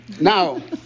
now